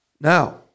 Now